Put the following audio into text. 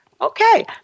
Okay